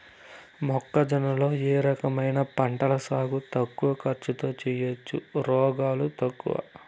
మొక్కజొన్న లో ఏ రకమైన పంటల సాగు తక్కువ ఖర్చుతో చేయచ్చు, రోగాలు తక్కువ?